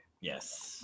Yes